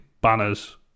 banners